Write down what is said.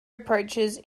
approaches